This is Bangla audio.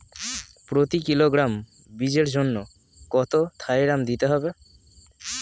প্রতি কিলোগ্রাম বীজের জন্য কত থাইরাম দিতে হবে?